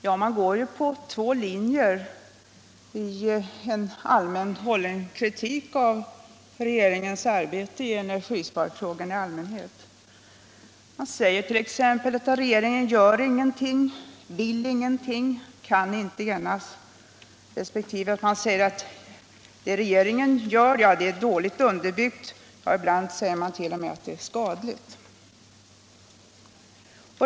Ja, man går på två linjer i en allmänt hållen kritik av regeringens arbete i energisparfrågan i allmänhet. Man säger t.ex. att regeringen gör ingenting, vill ingenting, kan inte enas resp. att det regeringen gör är dåligt underbyggt, ja ibland säger man t.o.m. att det är skadligt.